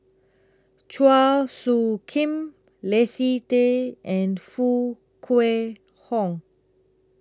Chua Soo Khim Leslie Tay and Foo Kwee Horng